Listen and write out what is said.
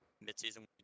Mid-season